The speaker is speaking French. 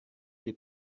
les